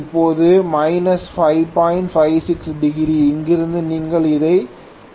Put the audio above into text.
56 degree இங்கிருந்து நீங்கள் இதை தீர்க்க முடியும்